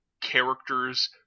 characters